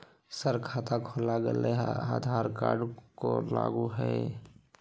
Sir खाता खोला गया मैं आधार कार्ड को लागू है हां?